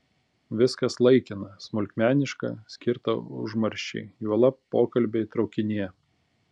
viskas laikina smulkmeniška skirta užmarščiai juolab pokalbiai traukinyje